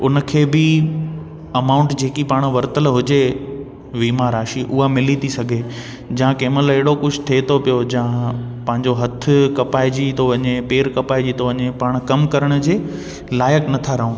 उन खे बि अमाउंट जेकी पाण वरितलु हुजे वीमा राशी उहा मिली थी सघे या कंहिंमहिल अहिड़ो कुझ थिए थो पियो या पंहिंजो हथ कपाएजी थो वञे पेर कपाइजी तो वञे पाण कम करण जे लाइक़ नथा रहूं